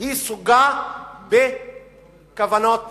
היא סוגה בכוונות טובות.